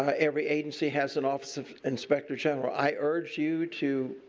ah every agency has an office of inspector general. i urge you to